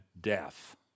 death